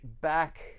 back